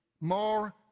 more